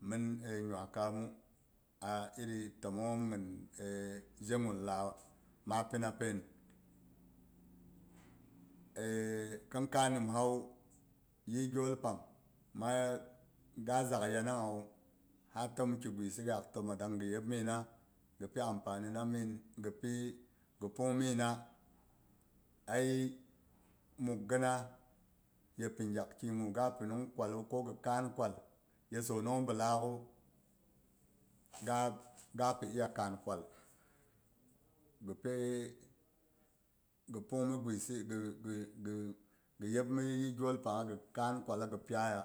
mhin nuwaikammu a iri temmongho hin je gun la ma pina pen khinkai nimsawu yih gyol pang ma, ga zak yanangwu a tim ki guisi gak timma dang ghi yep mina ghi pi amfani na min ghi pi ghi pungmina ai mughina ye pi gyakki gu ga pinung kwal ko ghi kaan kwal ye sonong bi laaghu ga a pi iya kaan kwal ghi pei ghi pungmi guisi ghi- ghi yep mi yih gyol pangha ghi kaan kwalla ghi peya.